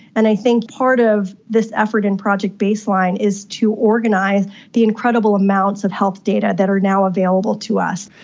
and i think part of this effort in project baseline is to organise the incredible amounts of health data that are now available to us.